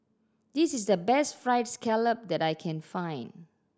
this is the best Fried Scallop that I can find